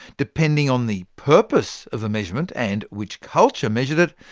depending on the purpose of the measurement, and which culture measured it,